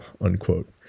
unquote